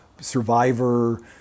Survivor